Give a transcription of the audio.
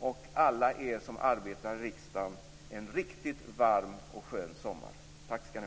och alla er som arbetar i riksdagen en riktigt varm och skön sommar. Tack skall ni ha!